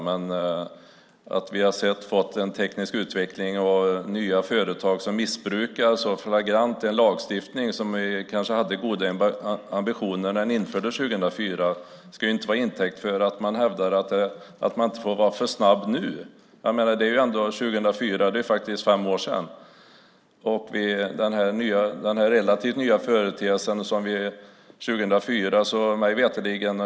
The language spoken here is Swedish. Men att vi sedan har fått den tekniska utveckling vi har haft och nya företag som så flagrant missbrukar den lagstiftning som kanske hade goda ambitioner när den infördes 2004 ska ju inte tas till intäkt för att man hävdar att man inte får vara för snabb nu. År 2004 är ju ändå fem år sedan, och det här är en relativt ny företeelse, mig veterligen.